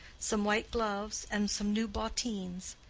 some white gloves and some new bottines.